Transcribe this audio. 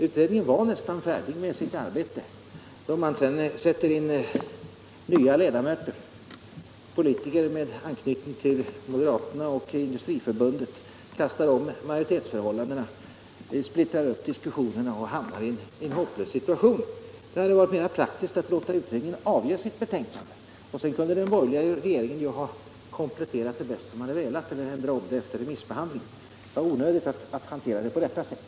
Utredningen var nästan färdig med sitt arbete då man satte in nya ledamöter — politiker med anknytning till moderaterna och Industriförbundet — och kastade om majoritetsförhållandena, splittrade upp diskussionerna och hamnade i en hopplös situation. Det hade varit mer praktiskt att låta utredningen avge sitt betänkande. Sedan kunde regeringen ha kompletterat det bäst den velat eller ändrat förslagen efter remissbehandlingen. Det var onödigt att hantera saken på detta sätt.